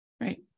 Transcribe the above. Right